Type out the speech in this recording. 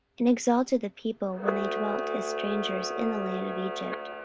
and exalted the people when they dwelt as strangers in the land of egypt,